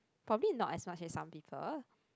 for me it's not as much as some people